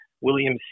William